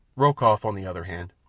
rokoff, on the other hand,